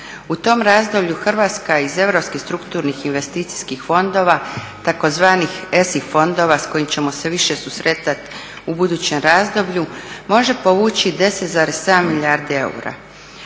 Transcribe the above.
U tom razdoblju Hrvatska iz europskih strukturnih investicijskih fondova tzv. ESI fondova s kojim ćemo se više susretat u budućem razdoblju može povući 10,7 milijardi eura.